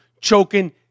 choking